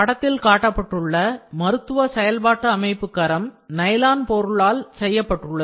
படத்தில் காட்டப்பட்டுள்ள மருத்துவ செயல்பாட்டுஅமைப்பு கரம் நைலான் பொருளால் செய்யப்பட்டுள்ளது